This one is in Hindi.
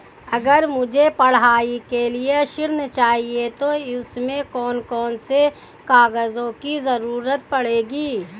अगर मुझे पढ़ाई के लिए ऋण चाहिए तो उसमें कौन कौन से कागजों की जरूरत पड़ेगी?